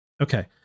Okay